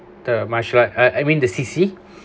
the martial I I mean the C_C